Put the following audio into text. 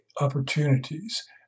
opportunities